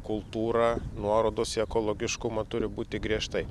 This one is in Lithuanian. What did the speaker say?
kultūra nuorodos į ekologiškumą turi būti griežtai